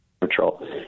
Patrol